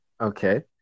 okay